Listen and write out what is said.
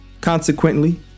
Consequently